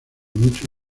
muchos